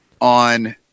on